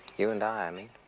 you and i i mean.